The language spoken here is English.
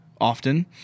often